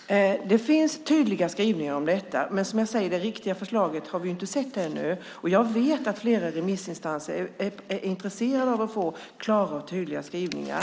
Herr talman! Det finns tydliga skrivningar om detta, men vi har inte sett det riktiga förslaget ännu. Jag vet att flera remissinstanser är intresserade av att få klara och tydliga skrivningar.